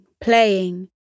playing